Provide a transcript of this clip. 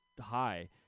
high